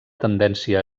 tendència